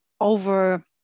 over